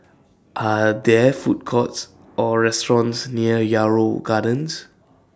Are There Food Courts Or restaurants near Yarrow Gardens